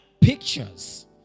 pictures